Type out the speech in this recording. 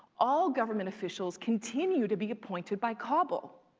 all government officials continue to be appointed by kabul.